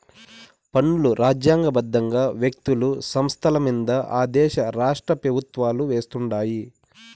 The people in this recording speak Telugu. పన్నులు రాజ్యాంగ బద్దంగా వ్యక్తులు, సంస్థలమింద ఆ దేశ రాష్ట్రపెవుత్వాలు వేస్తుండాయి